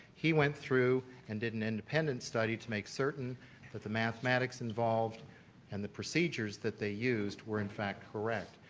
he went through and did an independent study to make certain with the mathematics involved and the procedures that they used were in fact correct.